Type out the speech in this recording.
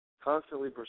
constantly